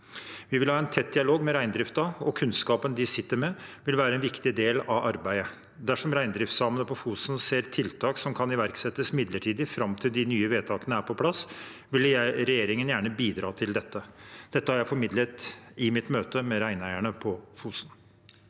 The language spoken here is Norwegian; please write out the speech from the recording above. Vi vil ha en tett dialog med reindriften, og kunnskapen de sitter med, vil være en viktig del av arbeidet. Dersom reindriftssamene på Fosen ser tiltak som kan iverksettes midlertidig fram til de nye vedtakene er på plass, vil regjeringen gjerne bidra til dette. Dette har jeg formidlet i mitt møte med reineierne på Fosen.